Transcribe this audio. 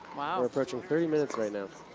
we're approaching thirty minutes right now.